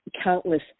countless